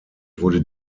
wurde